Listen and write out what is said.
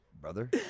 brother